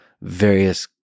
various